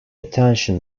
attention